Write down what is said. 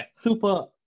super